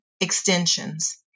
extensions